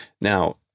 now